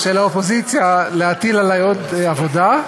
של האופוזיציה להטיל עלי עוד עבודה,